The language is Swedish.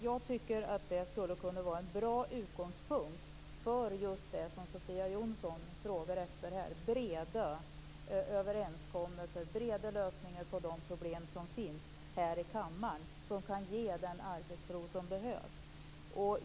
Jag tycker att det skulle kunna vara en bra utgångspunkt för just det Sofia Jonsson frågar efter här, breda överenskommelser och breda lösningar här i kammaren på de problem som finns som kan ge den arbetsro som behövs.